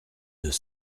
deux